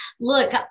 Look